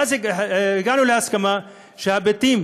ואז הגענו להסכמה שהבתים